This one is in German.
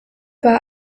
war